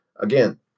again